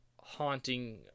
haunting